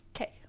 Okay